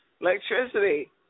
electricity